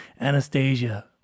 Anastasia